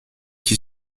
qui